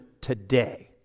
today